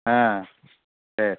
ஆ சரி